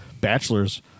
bachelor's